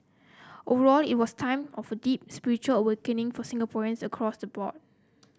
overall it was time of deep spiritual awakening for Singaporeans across the board